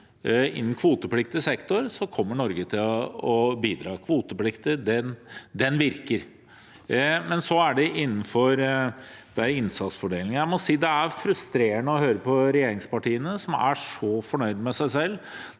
Innen kvotepliktig sektor kommer Norge til å bidra. Kvotepliktig sektor – den virker. Så gjelder det innsatsfordelingen. Jeg må si det er frustrerende å høre på regjeringspartiene, som er så fornøyd med seg selv